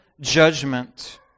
judgment